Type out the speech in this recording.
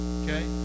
okay